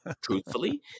truthfully